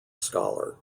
scholar